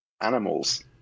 animals